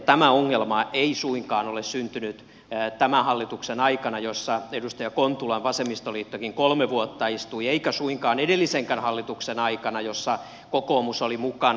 tämä ongelma ei suinkaan ole syntynyt tämän hallituksen aikana jossa edustaja kontulan vasemmistoliittokin kolme vuotta istui eikä suinkaan edellisenkään hallituksen aikana jossa kokoomus oli mukana